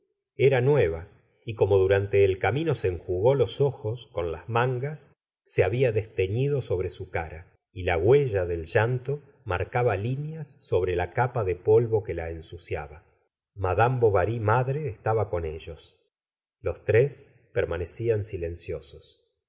era nueva y como durante el camino se enjugó los ojos con las mangas se habia desteñido sobre su cara y la huella del llanto marcaba lineas sobre la capa de polvo que la ensuciaba madame bovary madre estaba con ellos los tres permanecían silenciosos